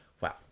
Wow